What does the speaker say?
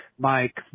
Mike